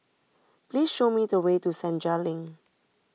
please show me the way to Senja Link